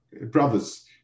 brothers